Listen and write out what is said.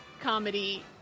comedy